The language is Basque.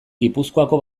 gipuzkoako